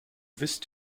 wisst